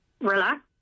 relax